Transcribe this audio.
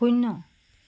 শূন্য